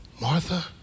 Martha